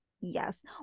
yes